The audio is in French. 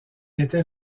était